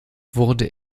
wurde